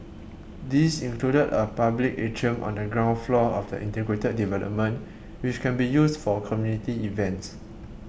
these included a public atrium on the ground floor of the integrated development which can be used for community events